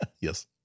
yes